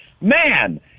man